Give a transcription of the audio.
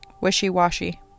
wishy-washy